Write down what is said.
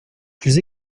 plus